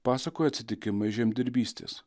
pasakojo atsitikimus žemdirbystės